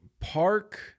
park